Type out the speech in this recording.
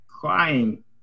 crying